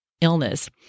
illness